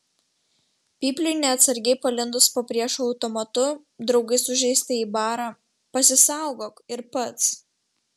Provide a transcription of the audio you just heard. pypliui neatsargiai palindus po priešo automatu draugai sužeistąjį bara pasisaugok ir pats